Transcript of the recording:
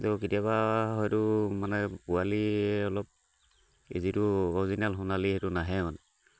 তেও কেতিয়াবা হয়তো মানে পোৱালি অলপ এই যিটো অৰিজিনেল সোণালী সেইটো নাহে মানে